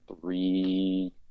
three